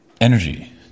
energy